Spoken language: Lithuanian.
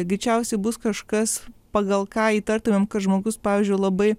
greičiausiai bus kažkas pagal ką įtartumėm kad žmogus pavyzdžiui labai